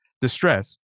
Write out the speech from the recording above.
distress